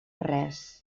res